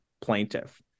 plaintiff